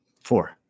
four